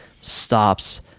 stops